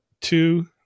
two